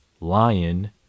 Lion